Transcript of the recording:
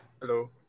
Hello